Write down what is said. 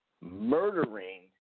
murdering